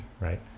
right